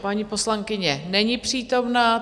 Paní poslankyně není přítomna.